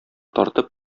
тартып